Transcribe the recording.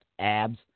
abs